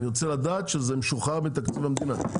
אני רוצה לדעת שזה משוחרר מתקציב המדינה.